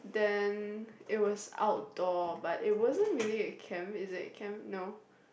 then it was outdoor but it wasn't really a camp is it a camp